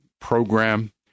program